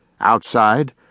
Outside